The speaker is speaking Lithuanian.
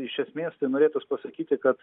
iš esmės tai norėtųs pasakyti kad